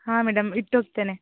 ಹಾಂ ಮೇಡಮ್ ಇಟ್ಟೋಗ್ತೇನೆ